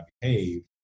behave